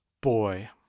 Boy